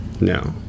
no